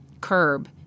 curb